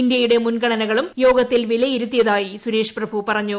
ഇന്ത്യയുടെ മുൻഗണനകളും യോഗത്തിൽ വിലയിരുത്തിയതായി സുരേഷ് പ്രഭു പറഞ്ഞു